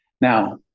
Now